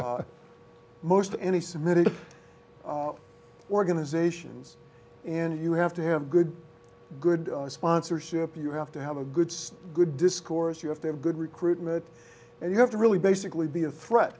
most any submitted organizations and you have to have good good sponsorship you have to have a good good discourse you have to have good recruitment and you have to really basically be a threat